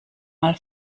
mal